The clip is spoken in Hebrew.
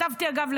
אגב,